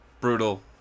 brutal